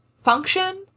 function